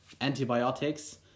antibiotics